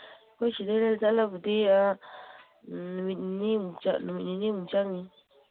ꯑꯩꯈꯣꯏ ꯁꯤꯗꯩꯗ ꯆꯠꯂꯕꯨꯗꯤ ꯅꯨꯃꯤꯠ ꯅꯤꯅꯤꯃꯨꯛ ꯆꯪꯅꯤ